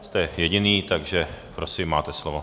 Jste jediný, takže prosím, máte slovo.